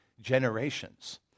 generations